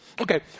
Okay